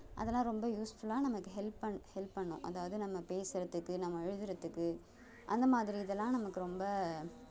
அதெல்லாம் ரொம்ப யூஸ்ஃபுல்லாக நமக்கு ஹெல்ப் பண் ஹெல்ப் பண்ணும் அதாவது நம்ம பேசுகிறதுக்கு நம்ம எழுதுகிறதுக்கு அந்த மாதிரி இதெல்லாம் நமக்கு ரொம்ப